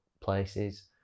places